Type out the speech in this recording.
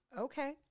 okay